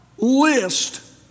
list